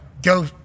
Go